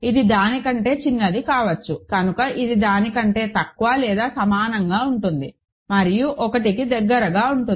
ఇది దాని కంటే చిన్నది కావచ్చు కనుక ఇది దాని కంటే తక్కువ లేదా సమానంగా ఉంటుంది మరియు 1కి దగ్గరగా ఉంటుంది